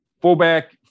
fullback